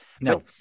No